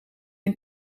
een